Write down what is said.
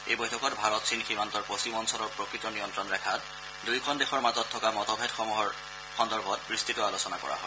এই বৈঠকত ভাৰত চীন সীমান্তৰ পশ্চিম অঞ্চলৰ প্ৰকৃত নিয়ন্ত্ৰণ ৰেখাত দুয়োখন দেশৰ মাজত থকা মতভেদসমূহৰ সন্দৰ্ভত বিস্তৃতভাৱে আলোচনা কৰা হয়